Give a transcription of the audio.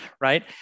right